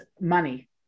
money